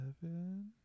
seven